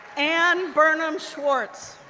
anne burnham schwartz,